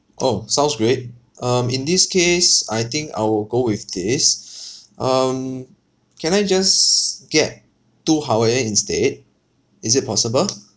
orh sounds great um in this case I think I'll go with this um can I just get two hawaiian instead is it possible